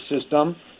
system